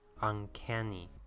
uncanny